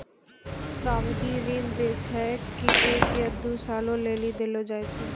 सावधि ऋण जे छै एक या दु सालो लेली देलो जाय छै